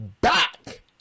back